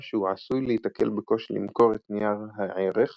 שהוא עשוי להיתקל בקושי למכור את נייר הערך